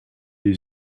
die